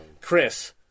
Chris